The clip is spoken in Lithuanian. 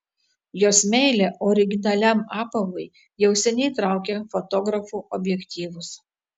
jos meilė originaliam apavui jau seniai traukia fotografų objektyvus